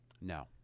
No